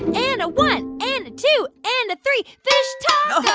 and a one, and a two, and a three fish tacos.